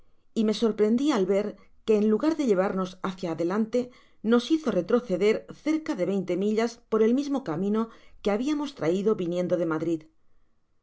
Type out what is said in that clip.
y me sorprendi al ver que en lugar de llevarnos hácia adelante nos hizo retroceder cerca de veinte millas per el mismo camino que habiamos traido viniendo de madrid